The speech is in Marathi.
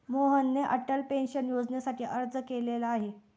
मोहनने अटल पेन्शन योजनेसाठी अर्ज केलेला आहे